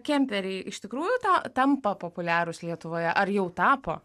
kemperiai iš tikrųjų ta tampa populiarūs lietuvoje ar jau tapo